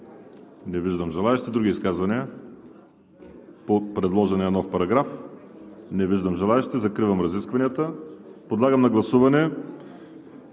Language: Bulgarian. Не виждам. Други изказвания по предложения нов параграф? Не виждам. Закривам разискванията. Подлагам на гласуване